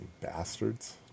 bastards